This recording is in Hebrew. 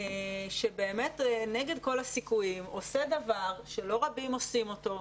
שבאמת נגד כל הסיכויים עושה דבר שלא רבים עושים אותו,